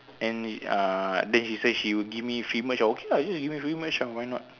and uh then she say she would give me free merch ah okay lah you just give me free merch ya why not